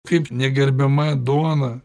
kaip negerbiama duona